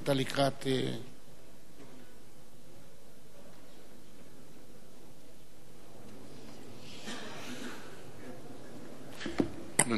אדוני היושב-ראש,